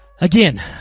Again